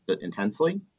intensely